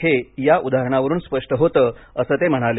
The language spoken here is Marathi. हे या उदाहरणावरून स्पष्ट होतं असं ते म्हणाले